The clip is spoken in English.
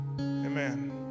Amen